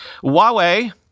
Huawei